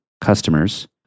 customers